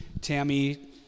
Tammy